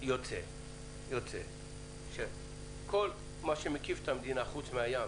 יוצר שכל מה שמקיף את המדינה חוץ מהים,